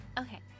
Okay